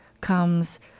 comes